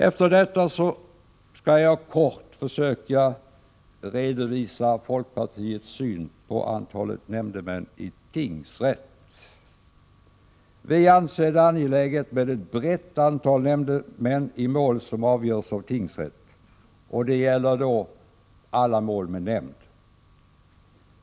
Jag övergår nu till att kort redovisa folkpartiets syn på antalet nämndemän i tingsrätt. Vi anser det angeläget med ett brett antal nämndemän i mål som avgörs av tingsrätt. Och då gäller det alla mål med nämnd.